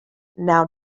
now